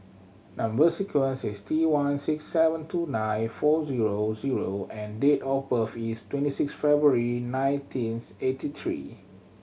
number sequence is T one six seven two nine four zero zero and date of birth is twenty six February nineteenth eighty three